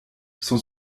sans